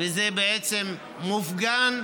וזה בעצם מופגן,